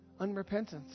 Unrepentance